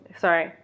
sorry